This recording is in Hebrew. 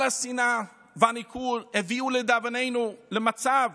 כל השנאה והניכור הביאו לדאבוננו למצב